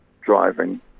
driving